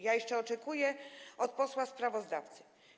Ja jeszcze oczekuję jej od posła sprawozdawcy.